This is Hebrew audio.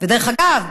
דרך אגב,